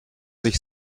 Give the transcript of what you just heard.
sich